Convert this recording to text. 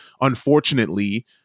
unfortunately